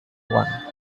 one